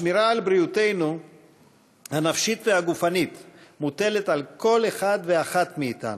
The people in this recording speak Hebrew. השמירה על בריאותנו הנפשית והגופנית מוטלת על כל אחד ואחת מאתנו.